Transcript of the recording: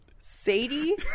Sadie